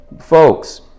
folks